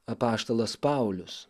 apaštalas paulius